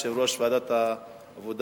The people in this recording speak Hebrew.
יושב-ראש ועדת העבודה,